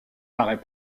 parait